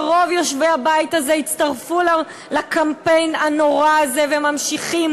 ורוב יושבי הבית הזה הצטרפו לקמפיין הנורא הזה וממשיכים